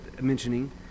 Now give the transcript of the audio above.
mentioning